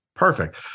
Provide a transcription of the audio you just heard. Perfect